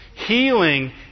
Healing